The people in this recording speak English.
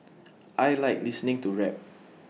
I Like listening to rap